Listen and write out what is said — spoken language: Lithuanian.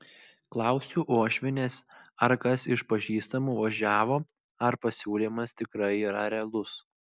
klausiu uošvienės ar kas iš pažįstamų važiavo ar pasiūlymas tikrai yra realus